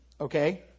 okay